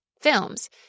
films